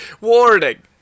warning